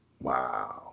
wow